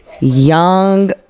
Young